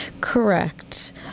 Correct